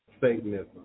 satanism